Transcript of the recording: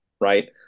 right